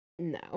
No